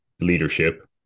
leadership